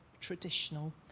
traditional